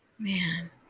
Man